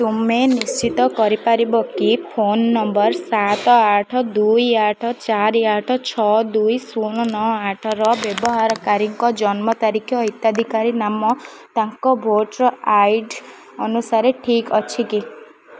ତୁମେ ନିଶ୍ଚିତ କରିପାରିବ କି ଫୋନ୍ ନମ୍ବର୍ ସାତ ଆଠ ଦୁଇ ଆଠ ଚାରି ଆଠ ଛଅ ଦୁଇ ଶୂନ ନଅ ଆଠର ବ୍ୟବହାରକାରୀଙ୍କ ଜନ୍ମ ତାରିଖ ଓ ହିତାଧିକାରୀ ନାମ ତାଙ୍କ ଭୋଟର୍ ଆଇ ଡ଼ି ଅନୁସାରେ ଠିକ୍ ଅଛି